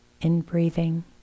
in-breathing